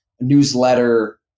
newsletter